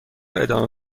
ادامه